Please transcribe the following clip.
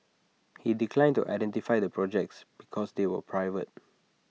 he declined to identify the projects because they were private